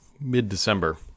mid-December